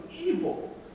evil